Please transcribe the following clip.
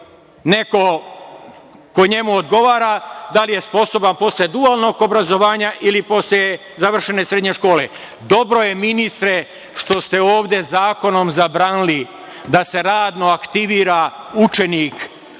neko ko njemu odgovara, da li je sposoban posle dualnog obrazovanja ili posle završene srednje škole. Dobro je ministre što ste ovde zakonom zabranili da se radno aktivira učenik od